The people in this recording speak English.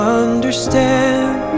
understand